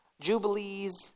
Jubilees